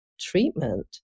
treatment